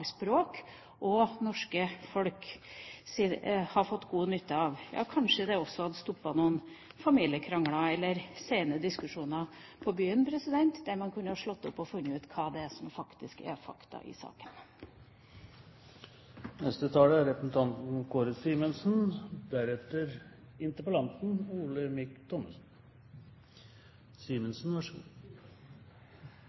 og det norske folk hadde fått god nytte av. Kanskje det også hadde stoppet noen familiekrangler eller sene diskusjoner på byen, for man kunne slått opp og funnet ut hva det er som er fakta i saken.